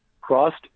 Crossed